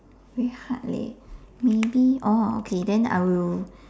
very hard leh maybe oh okay then I will